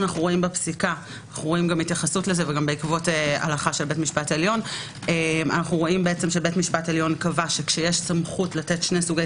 רואים שבית משפט עליון קבע שכשיש סמכות לתת שני סוגי